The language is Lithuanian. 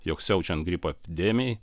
jog siaučiant gripo epidemijai